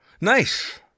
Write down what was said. Nice